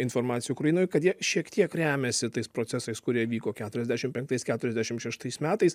informaciją ukrainoj kad jie šiek tiek remiasi tais procesais kurie vyko keturiasdešim penktais kturiasdešim šeštais metais